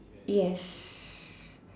yes